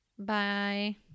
Bye